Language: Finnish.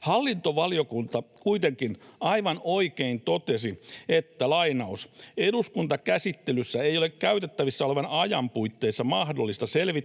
Hallintovaliokunta kuitenkin aivan oikein totesi: ”Eduskuntakäsittelyssä ei ole käytettävissä olevan ajan puitteissa mahdollista selvittää